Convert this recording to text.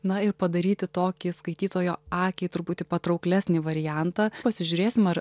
na ir padaryti tokį skaitytojo akiai truputį patrauklesnį variantą pasižiūrėsim ar